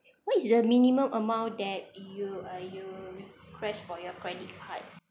what is the minimum amount that you uh you request for your credit card